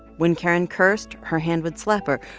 when karen cursed, her hand would slap her.